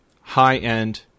high-end